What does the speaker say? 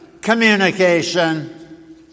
communication